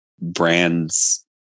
brands